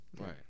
Right